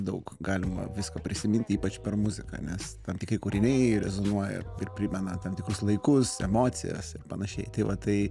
daug galima visko prisiminti ypač per muziką nes tam tikri kūriniai rezonuoja ir primena tam tikrus laikus emocijas ir panašiai tai va tai